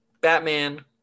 Batman